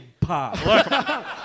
pop